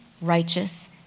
righteous